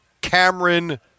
Cameron